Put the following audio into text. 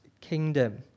kingdom